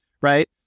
Right